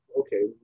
okay